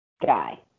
guy